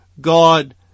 God